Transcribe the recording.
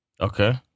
Okay